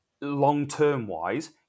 long-term-wise